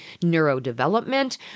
neurodevelopment